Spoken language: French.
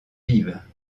vives